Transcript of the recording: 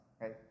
right